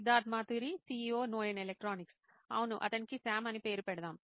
Siddharth Maturi CEO నోయిన్ electronics అవును అతనికి సామ్ అని పేరు పెడదాం